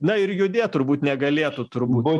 na ir judėt turbūt negalėtų turbūt